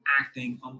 acting